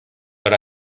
but